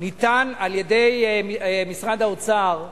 ניתן על-ידי משרד האוצר בפברואר.